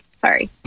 sorry